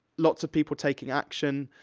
lots of people taking action.